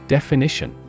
Definition